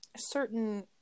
certain